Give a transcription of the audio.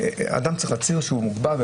אדם צריך להצהיר שהוא מוגבל,